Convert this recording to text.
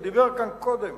הוא דיבר כאן קודם.